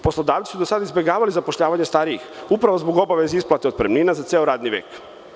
Poslodavci su do sada izbegavali zapošljavanje starijih, upravo zbog obaveze isplate otpremnina za ceo radni vek.